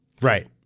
Right